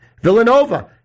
Villanova